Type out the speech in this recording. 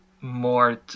more